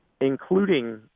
including